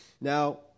Now